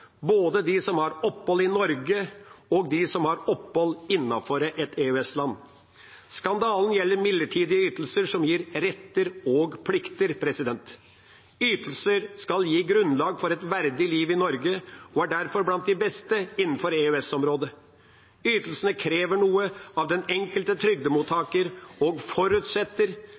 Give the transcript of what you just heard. både for dem som har opphold i Norge, og for dem som har opphold innenfor et EØS-land. Skandalen gjelder midlertidige ytelser som gir retter og plikter. Ytelser skal gi grunnlag for et verdig liv i Norge og er derfor blant de beste innenfor EØS-området. Ytelsene krever noe av den enkelte trygdemottakeren og forutsetter